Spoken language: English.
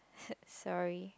s~ sorry